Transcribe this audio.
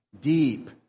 Deep